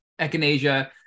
echinacea